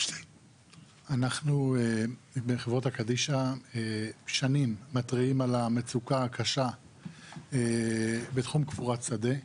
אנחנו בחברות הקדישא שנים מתריעים על המצוקה הקשה בתחום קבורת שדה,